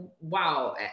wow